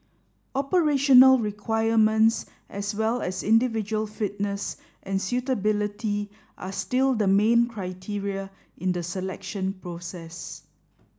operational requirements as well as individual fitness and suitability are still the main criteria in the selection process